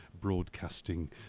broadcasting